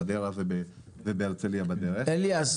חדרה ובהרצלייה בדרך --- אליאס,